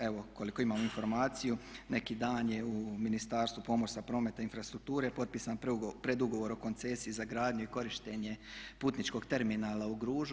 Evo koliko imam informaciju neki dan je u Ministarstvu pomorstva, prometa i infrastrukture potpisan predugovor o koncesiji za gradnju i korištenje putničkog terminala u Gružu.